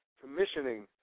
commissioning